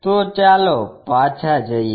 તો ચાલો પાછા જઈએ